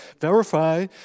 verify